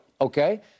Okay